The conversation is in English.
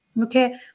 okay